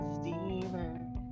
steamer